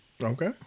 Okay